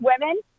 women